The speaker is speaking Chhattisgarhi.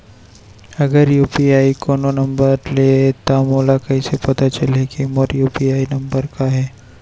अगर यू.पी.आई कोनो नंबर ये त मोला कइसे पता चलही कि मोर यू.पी.आई नंबर का ये?